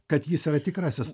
kad jis yra tikrasis